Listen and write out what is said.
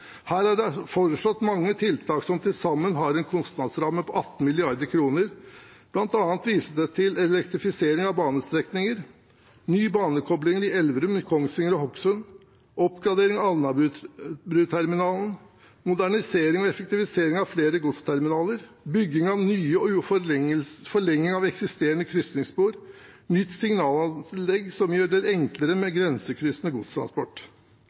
Her er det foreslått mange tiltak som til sammen har en kostnadsramme på 18 mrd. kr. Blant annet vises det til: elektrifisering av banestrekninger nye banekoblinger i Elverum, Kongsvinger og Hokksund oppgradering av Alnabruterminalen modernisering og effektivisering av flere godsterminaler bygging av nye eller forlenging av eksisterende krysningsspor nytt signalanlegg som gjør det enklere med grensekryssende godstransport